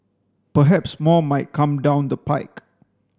perhaps more might come down the pike